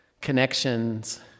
connections